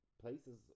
places